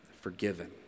Forgiven